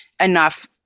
enough